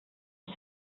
ist